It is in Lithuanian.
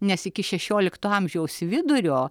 nes iki šešiolikto amžiaus vidurio